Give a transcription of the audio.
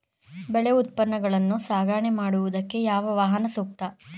ಬೆಳೆ ಉತ್ಪನ್ನಗಳನ್ನು ಸಾಗಣೆ ಮಾಡೋದಕ್ಕೆ ಯಾವ ವಾಹನ ಸೂಕ್ತ?